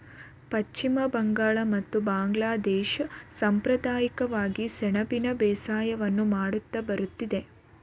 ಪಶ್ಚಿಮ ಬಂಗಾಳ ಮತ್ತು ಬಾಂಗ್ಲಾದೇಶ ಸಂಪ್ರದಾಯಿಕವಾಗಿ ಸೆಣಬಿನ ಬೇಸಾಯವನ್ನು ಮಾಡುತ್ತಾ ಬರುತ್ತಿದೆ